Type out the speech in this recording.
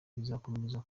bizakomeza